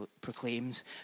proclaims